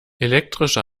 elektrische